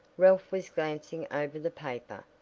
ralph was glancing over the paper.